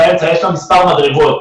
יש לה מספר מדרגות.